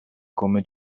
come